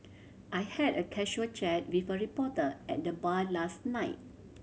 I had a casual chat with a reporter at the bar last night